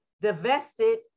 divested